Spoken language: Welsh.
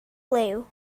liw